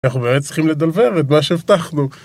אנחנו באמת צריכים לדלבר את מה שהבטחנו